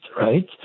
right